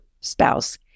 spouse